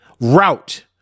route